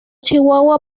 chihuahua